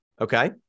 Okay